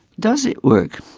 does it work?